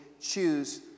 choose